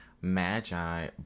magi